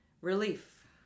relief